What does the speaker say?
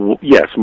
Yes